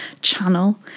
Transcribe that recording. channel